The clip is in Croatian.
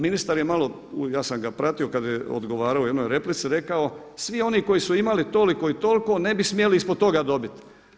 Ministar je malo, ja sam ga pratio, kad je odgovarao u jednoj replici, rekao svi oni koji su imali toliko i toliko ne bi smjeli ispod toga dobiti.